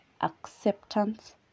acceptance